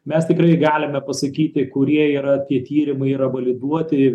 mes tikrai galime pasakyti kurie yra tie tyrimai yra validuoti